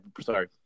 Sorry